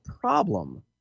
problem